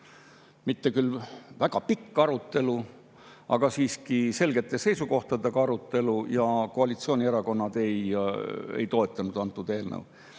mitte küll väga pikk, aga siiski selgete seisukohtadega arutelu. Koalitsioonierakonnad ei toetanud antud eelnõu.